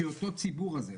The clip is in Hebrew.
כי הציבור הזה,